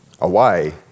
away